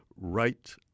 right